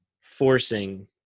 forcing